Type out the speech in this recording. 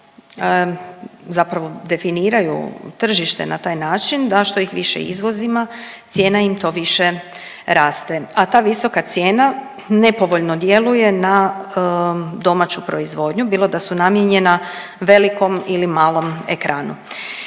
zapravo definiraju tržište na taj način da što ih više izvozimo cijena im to više raste. A ta visoka cijena nepovoljno djeluje na domaću proizvodnju, bilo da su namijenjena velikom ili malom ekranu.